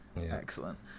Excellent